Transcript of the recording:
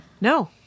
No